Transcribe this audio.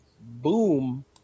boom